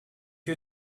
you